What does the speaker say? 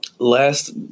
Last